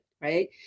Right